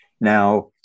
now